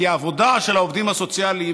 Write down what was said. כי העבודה של העובדים הסוציאליים